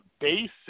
base